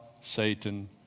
Satan